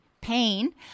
pain